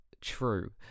true